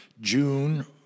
June